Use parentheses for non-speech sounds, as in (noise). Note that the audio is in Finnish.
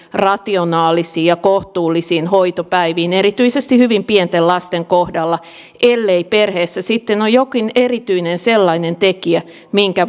rationaalisiin ja kohtuullisiin hoitopäiviin erityisesti hyvin pienten lasten kohdalla ellei perheessä sitten ole jokin erityinen sellainen tekijä minkä (unintelligible)